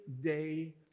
day